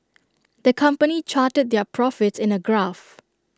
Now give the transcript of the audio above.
the company charted their profits in A graph